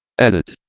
edit?